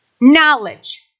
knowledge